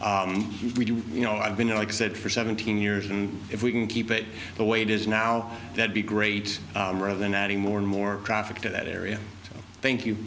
do you know i've been there like i said for seventeen years and if we can keep it the way it is now that be great rather than adding more and more traffic to that area thank you